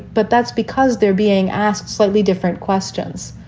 but that's because they're being asked slightly different questions.